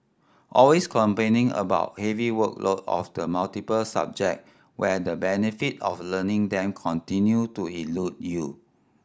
always complaining about heavy workload of the multiple subject where the benefit of learning them continue to elude you